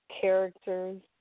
characters